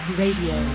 radio